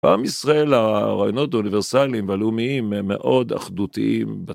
פעם ישראל הרעיונות האוניברסליים והלאומיים הם מאוד אחדותיים.